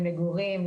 למגורים,